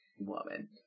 woman